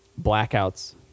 blackouts